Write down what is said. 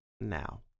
now